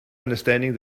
understanding